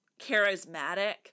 charismatic